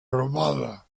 armada